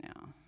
now